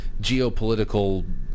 geopolitical